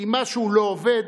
אם משהו לא עובד,